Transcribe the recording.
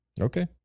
Okay